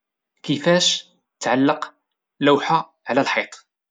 كيفاش تعلق لوحة على الحيط؟